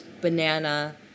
banana